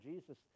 Jesus